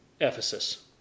Ephesus